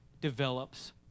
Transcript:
develops